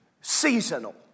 seasonal